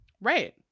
Right